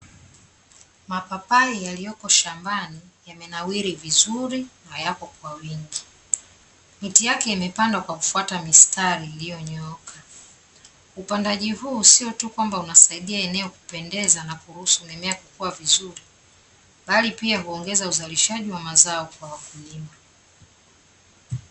Mapapai yaliyoko shambani yamenawiri vizuri na yako kwa wingi. Miti yake imepandwa kwa kufuata mistari iliyonyooka. Upandaji huu sio tu kwamba unasaidia eneo kupendeza na kuruhusu mimea kukua vizuri, bali pia huongeza uzalishaji wa mazao kwa wakulima.